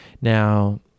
Now